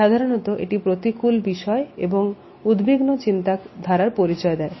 সাধারণত এটি প্রতিকূল বিষয়ে এবং উদ্বিগ্ন চিন্তা ধারার পরিচয় দেয়